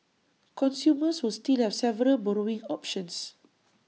consumers will still have several borrowing options